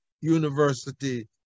university